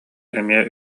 эмиэ